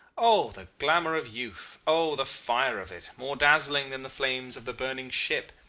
oh the glamour of youth! oh the fire of it, more dazzling than the flames of the burning ship,